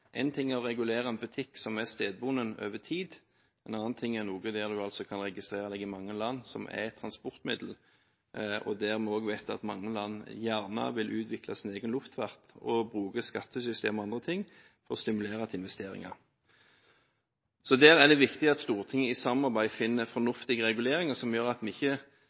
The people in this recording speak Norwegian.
En ting er å regulere en butikk som er stedbunden over tid, en annen ting er noe som kan registreres i mange land, som et transportmiddel. Vi vet også at mange land gjerne vil utvikle sin egen luftfart og bruke skattesystemet og annet for å stimulere til investering. Her er det viktig at Stortinget i samarbeid finner fornuftige reguleringer som gjør at vi ikke